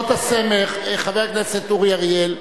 חבר הכנסת אורי אריאל,